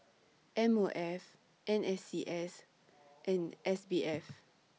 M O F N S C S and S B F